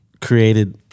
created